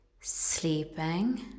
sleeping